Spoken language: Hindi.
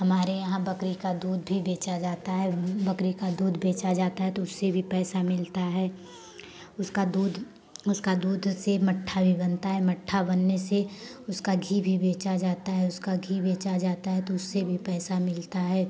हमारे यहाँ का बकरी का दूध भी बेचा जाता है बकरी का दूध बेचा जाता है तो उससे भी पैसा मिलता है उसका दूध से मट्ठा भी बनता है मट्ठा बनाने से उसका घी भी बेचा जाता है उसका घी बेच जाता है तो उससे भी पैसा मिलता है